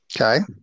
Okay